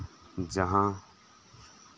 ᱡᱟᱸᱦᱟ